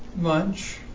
lunch